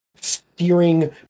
steering